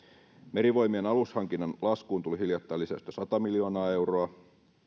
merivoimien alushankinnan laskuun tuli hiljattain lisäystä sata miljoonaa euroa